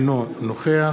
אינו נוכח